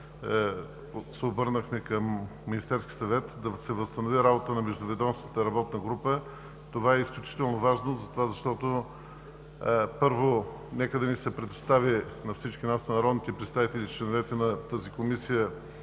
се обърнахме към Министерския съвет да се възстанови работата на Междуведомствената работна група. Това е изключително важно, защото, първо, нека да ни се предостави на всички нас – народните представители и членовете на тази Комисия,